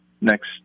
next